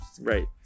right